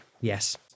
yes